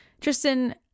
Tristan